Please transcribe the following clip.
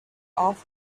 off